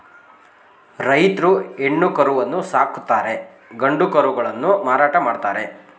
ರೈತ್ರು ಹೆಣ್ಣು ಕರುವನ್ನು ಸಾಕುತ್ತಾರೆ ಗಂಡು ಕರುಗಳನ್ನು ಮಾರಾಟ ಮಾಡ್ತರೆ